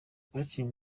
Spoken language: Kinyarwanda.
bakinnye